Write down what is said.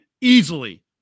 easily